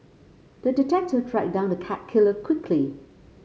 the detective tracked down the cat killer quickly